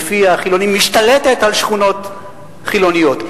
בפי החילונים משתלטת על שכונות חילוניות?